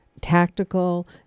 tactical